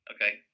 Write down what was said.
Okay